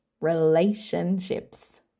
relationships